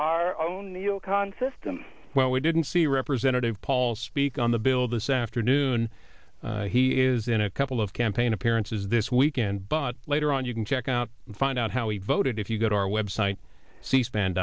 our own neo con system when we didn't see representative paul speak on the bill this afternoon he is in a couple of campaign appearances this weekend but later on you can check out and find out how he voted if you go to our web site c span